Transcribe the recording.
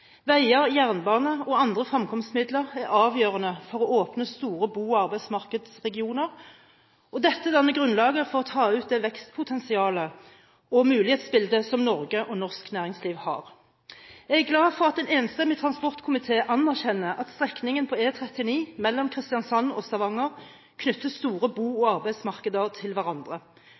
Veier, jernbane og andre fremkomstmidler er avgjørende for å åpne store bo- og arbeidsmarkedsregioner, og dette danner grunnlaget for å ta ut det vekstpotensialet og mulighetsbildet som Norge og norsk næringsliv har. Jeg er glad for at en enstemmig transportkomité anerkjenner at strekningen på E39 mellom Kristiansand og Stavanger knytter store bo- og arbeidsmarkeder til hverandre,